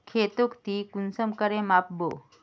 खेतोक ती कुंसम करे माप बो?